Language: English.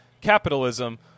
capitalism